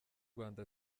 rwanda